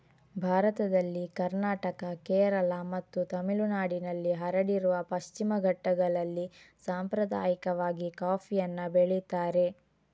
ಭಾರತದಲ್ಲಿ ಕರ್ನಾಟಕ, ಕೇರಳ ಮತ್ತು ತಮಿಳುನಾಡಿನಲ್ಲಿ ಹರಡಿರುವ ಪಶ್ಚಿಮ ಘಟ್ಟಗಳಲ್ಲಿ ಸಾಂಪ್ರದಾಯಿಕವಾಗಿ ಕಾಫಿಯನ್ನ ಬೆಳೀತಾರೆ